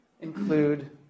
include